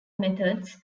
methods